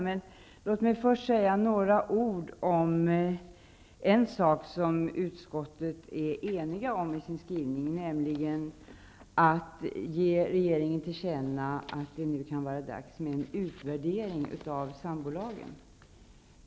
Men jag vill inledningsvis säga några ord om en sak som utskottet är enigt om i sin skrivning, nämligen att riksdagen skall ge regeringen till känna att det nu kan vara dags att göra en utvärdering av sambolagen.